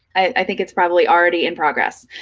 i think it's probably already in progress.